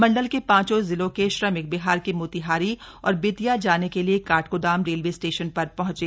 मण्डल के पांचों जिलों के श्रमिक बिहार के मोतीहारी और बेतियां जाने के लिए काठगोदाम रेलवे स्टेशन पर पहंचे